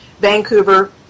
Vancouver